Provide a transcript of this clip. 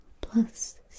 plus